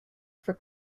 for